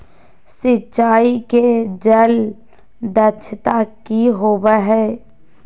सिंचाई के जल दक्षता कि होवय हैय?